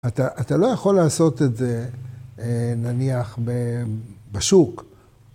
אתה לא יכול לעשות את זה נניח בשוק.